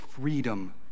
freedom